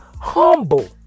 humble